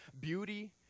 beauty